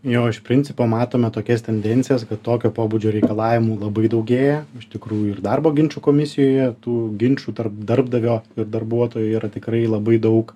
jo iš principo matome tokias tendencijas kad tokio pobūdžio reikalavimų labai daugėja iš tikrųjų ir darbo ginčų komisijoje tų ginčų tarp darbdavio ir darbuotojų yra tikrai labai daug